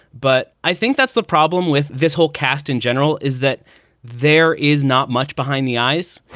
but i think that's the problem with this whole cast in general, is that there is not much behind the eyes.